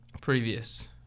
previous